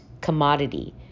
commodity